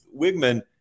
Wigman